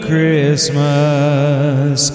Christmas